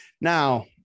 Now